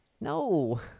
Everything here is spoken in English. No